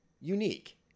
unique